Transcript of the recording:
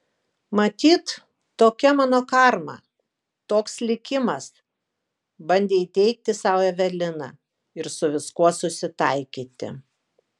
matyt tokia mano karma toks likimas bandė įteigti sau evelina ir su viskuo susitaikyti